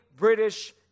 British